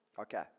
Okay